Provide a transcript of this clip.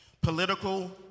Political